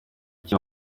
cye